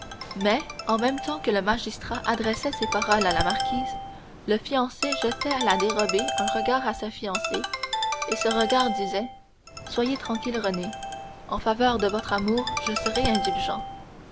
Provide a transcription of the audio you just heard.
mais en même temps que le magistrat adressait ces paroles à la marquise le fiancé jetait à la dérobée un regard à sa fiancée et ce regard disait soyez tranquille renée en faveur de votre amour je serai indulgent